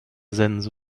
sense